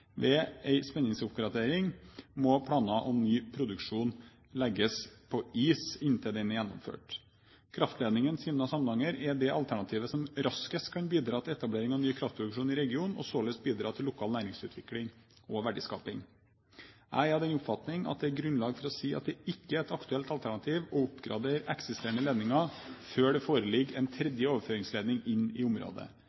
Ved en spenningsoppgradering må planer om ny produksjon legges på is inntil den er gjennomført. Kraftledningen Sima–Samnanger er det alternativet som raskest kan bidra til etablering av ny kraftproduksjon i regionen, og således bidra til lokal næringsutvikling og verdiskaping. Jeg er av den oppfatning at det er grunnlag for å si at det ikke er et aktuelt alternativ å oppgradere eksisterende ledninger før det foreligger en